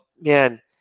man